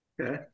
Okay